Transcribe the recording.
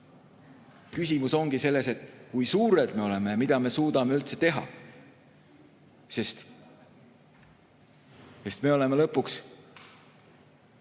Küsimus ongi selles, et kui suured me oleme ja mida me suudame üldse teha. Me oleme umbes